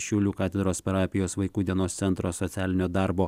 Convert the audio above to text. šiaulių katedros parapijos vaikų dienos centro socialinio darbo